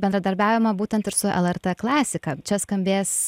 bendradarbiavimą būtent ir su lrt klasika čia skambės